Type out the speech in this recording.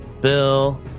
Bill